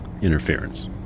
interference